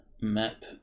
Map